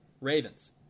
Ravens